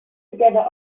together